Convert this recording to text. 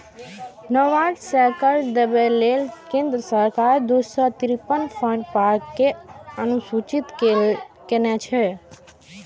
नाबार्ड सं कर्ज दियाबै लेल केंद्र सरकार दू सय तिरेपन फूड पार्क कें अधुसूचित केने छै